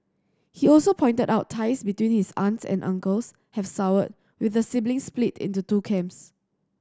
he also pointed out ties between his aunts and uncles have soured with the siblings split into two camps